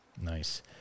Nice